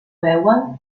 veuen